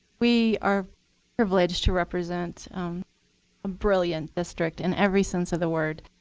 we are privileged to represent a brilliant district in every sense of the word.